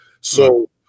So-